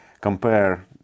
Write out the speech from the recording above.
compare